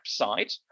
website